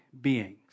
beings